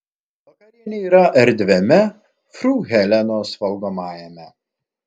vakarienė yra erdviame fru helenos valgomajame